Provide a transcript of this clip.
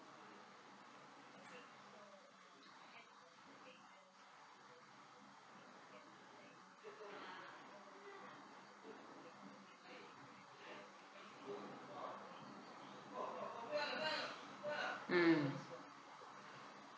mm